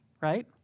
right